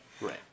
Right